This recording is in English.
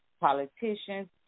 politicians